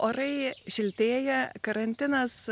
orai šiltėja karantinas